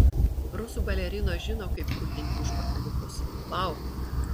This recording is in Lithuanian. rusų balerinos žino kaip krutinti užpakaliukus vau